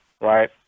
right